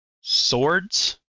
swords